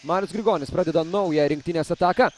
marius grigonis pradeda naują rinktinės ataką